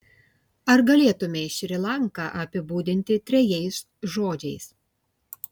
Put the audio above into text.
ar galėtumei šri lanką apibūdinti trejais žodžiais